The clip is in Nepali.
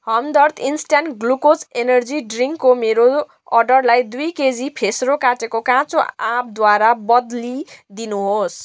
हमदर्द इन्स्ट्यान्ट ग्लुकोज इनर्जी ड्रिङ्कको मेरो अर्डरलाई दुई केजी फ्रेसो काटेको काँचो आँपद्वारा बद्लिदिनुहोस्